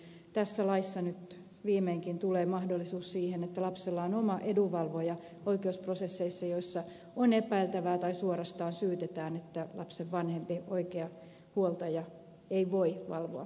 tässä laissa nyt viimeinkin tulee mahdollisuus siihen että lapsella on oma edunvalvoja oikeusprosesseissa joissa on epäiltävää tai suorastaan syytetään että lapsen vanhempi oikea huoltaja ei voi valvoa lapsen etua